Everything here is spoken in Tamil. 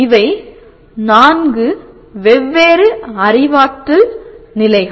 இவை நான்கு வெவ்வேறு அறிவாற்றல் நிலைகள்